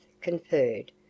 conferred